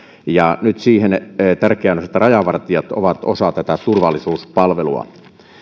ja nyt siihen tärkeään asiaan että rajavartijat ovat osa tätä turvallisuuspalvelua